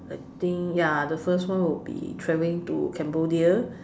I think ya the first one will be traveling to Cambodia